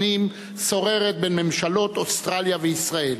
שוררות בין ממשלות אוסטרליה וישראל.